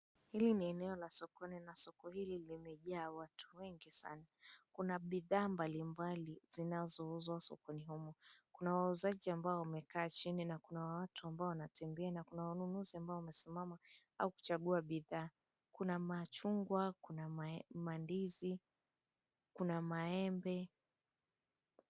Hili ni eneo la sokoni na soko hili limejaa watu wengi sana. Kuna bidhaa mbalimbali zinazouzwa sokoni humu. Kuna wauzaji ambao wamekaa chini na kuna watu ambao wanatembea na kuna wanunuzi ambao wamesimama au kuchagua bidhaa. Kuna machungwa, kuna mandizi, kuna maembe.